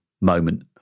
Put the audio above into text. moment